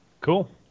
Cool